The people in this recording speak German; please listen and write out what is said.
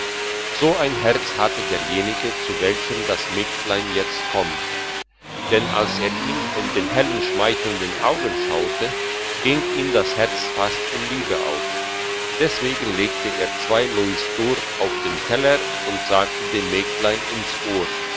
so ein herz hatte derjenige zu welchem das mägdlein jetzt kommt denn als er ihm in die hellen schmeichelnden augen schaute ging ihm das herz fast in liebe auf deswegen legte er zwei louisdor auf den teller und sagte dem mägdlein ins ohr